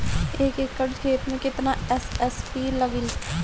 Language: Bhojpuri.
एक एकड़ खेत मे कितना एस.एस.पी लागिल?